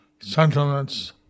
sentiments